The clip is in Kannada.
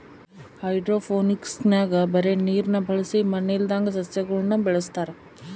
ಹೈಡ್ರೋಫೋನಿಕ್ಸ್ನಾಗ ಬರೇ ನೀರ್ನ ಬಳಸಿ ಮಣ್ಣಿಲ್ಲದಂಗ ಸಸ್ಯಗುಳನ ಬೆಳೆಸತಾರ